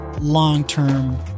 long-term